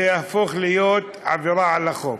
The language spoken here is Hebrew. זה יהפוך להיות עבירה על החוק.